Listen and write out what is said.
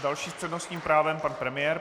Další s přednostním právem pan premiér.